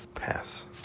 Pass